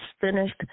finished